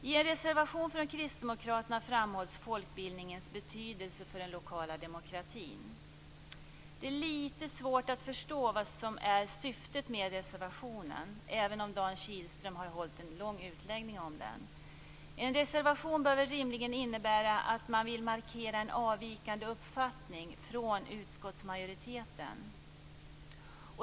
I en reservation från kristdemokraterna framhålls folkbildningens betydelse för den lokala demokratin. Det är lite svårt att förstå vad som är syftet med reservationen - även om Dan Kihlström har hållit en lång utläggning om den. En reservation bör väl rimligen innebära att man vill markera en avvikande uppfattning från utskottsmajoriteten.